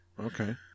Okay